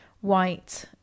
white